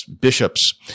bishops